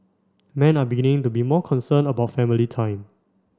men are beginning to be more concerned about family time